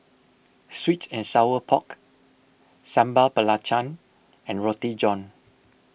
Sweet and Sour Pork Sambal Belacan and Roti John